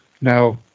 now